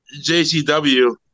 JCW